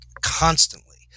constantly